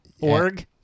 Org